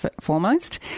foremost